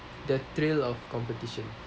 the thrill of competition